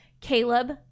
Caleb